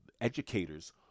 educators